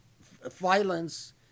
violence